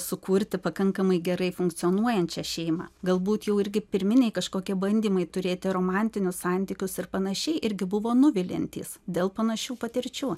sukurti pakankamai gerai funkcionuojančią šeimą galbūt jau irgi pirminiai kažkokie bandymai turėti romantinius santykius ir panašiai irgi buvo nuviliantys dėl panašių patirčių